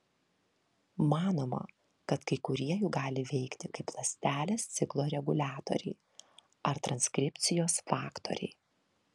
manoma kad kai kurie jų gali veikti kaip ląstelės ciklo reguliatoriai ar transkripcijos faktoriai